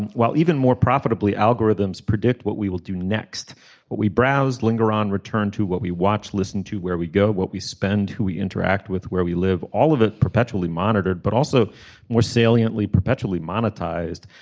and while even more profitably algorithms predict what we will do next what we browsed linger on return to what we watch listen to where we go what we spend who we interact with where we live. all of it perpetually monitored but also more salient we perpetually monetized.